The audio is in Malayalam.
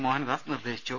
മോഹനദാസ് നിർദേശിച്ചു